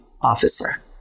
officer